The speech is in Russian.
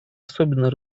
особенно